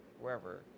wherever